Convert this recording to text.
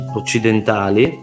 occidentali